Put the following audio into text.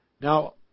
Now